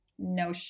no